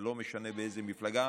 ולא משנה מאיזו מפלגה,